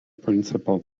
principal